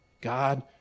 God